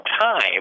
time